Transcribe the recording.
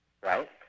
Right